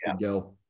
go